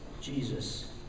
Jesus